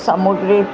सामुद्रित